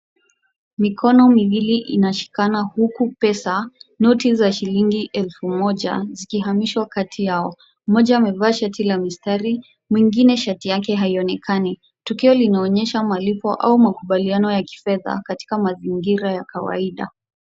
Mikono miwili inashikana huku pesa, noti za shilingi elfu moja zikihamishwa kati yao. Mmoja amevaa shati la mstari, mwingine shati yake haionekani. Tukio linaonyesha malipo au makubaliano ya kifedha katika mazingira ya kawaida.